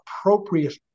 appropriate